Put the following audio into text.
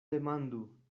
demandu